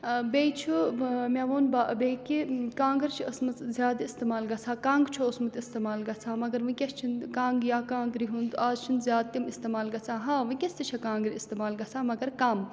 بیٚیہِ چھُ مےٚ ووٚن با بیٚیہِ کہِ کانٛگٕر چھِ ٲسمٕژ زیادٕ اِستعمال گژھان کَنٛگ چھُ اوسمُت اِستعمال گژھان مگر وٕنۍکٮ۪س چھِنہٕ کَنٛگ یا کانٛگرِ ہُنٛد آز چھِنہٕ زیادٕ تِم اِستعمال گژھان ہاں وٕنۍکٮ۪س تہِ چھِ کانٛگرِ اِستعمال گژھان مگر کَم